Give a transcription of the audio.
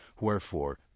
Wherefore